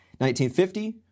1950